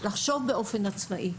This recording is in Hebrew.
לחשוב באופן עצמאי,